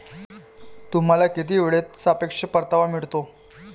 तुम्हाला किती वेळेत सापेक्ष परतावा मिळतो?